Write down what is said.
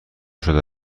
شده